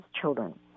children